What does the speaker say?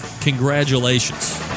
congratulations